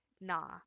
nah